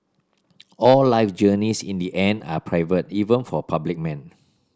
all life journeys in the end are private even for public men